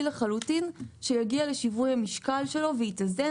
לחלוטין שיגיע לשיווי המשקל שלו ויתאזן.